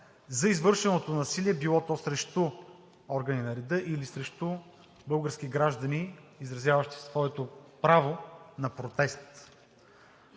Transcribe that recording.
за извършеното насилие – било то срещу органи на реда или срещу български граждани, изразяващи своето право на протест.